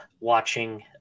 watching